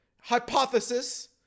Hypothesis